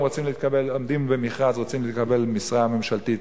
הם רוצים להתקבל למשרה ממשלתית,